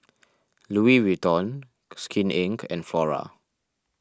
Louis Vuitton Skin Inc and Flora